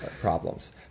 problems